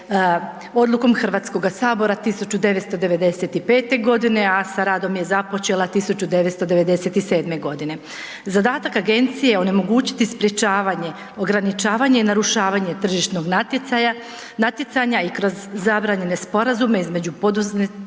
Hrvatskoga sabora 1995. g. a sa radom je započela 1997. godine. Zadatak agencije je onemogućiti sprječavanje, ograničavanje i narušavanje tržišnog natjecanja i kroz zabranjene sporazume između poduzetnika